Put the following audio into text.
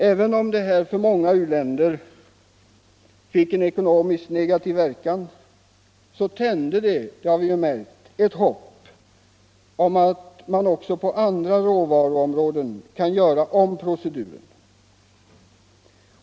Även om detta för många u-länder fick en ekonomiskt negativ verkan, tände det — det har vi ju märkt — ett hopp om att man också på andra råvaruområden kan göra om proceduren.